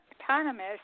autonomous